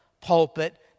pulpit